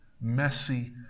messy